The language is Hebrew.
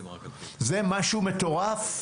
זה משהו מטורף.